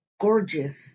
gorgeous